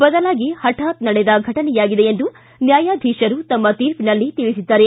ಬದಲಾಗಿ ಹಠಾತ್ ನಡೆದ ಘಟನೆಯಾಗಿದೆ ಎಂದು ನ್ವಾಯಾಧೀಶರು ತಮ್ಮ ತೀರ್ಪಿನಲ್ಲಿ ತಿಳಿಸಿದ್ದಾರೆ